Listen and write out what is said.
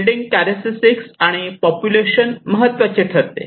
building characteristics आणि population महत्त्वाचे ठरते